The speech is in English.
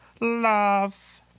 love